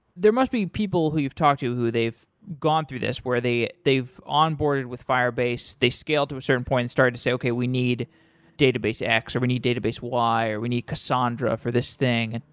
there must be people who you've talked to who they've gone through this where they've on-boarded with firebase, they scaled to a certain point and started to say, okay. we need database x, or we need database y, or we need cassandra for this thing. and